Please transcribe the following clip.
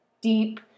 deep